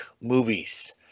movies